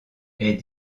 est